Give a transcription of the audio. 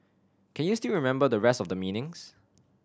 can you still remember the rest of the meanings